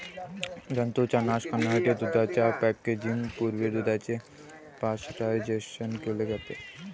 जंतूंचा नाश करण्यासाठी दुधाच्या पॅकेजिंग पूर्वी दुधाचे पाश्चरायझेशन केले जाते